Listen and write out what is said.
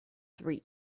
three